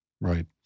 Right